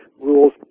rules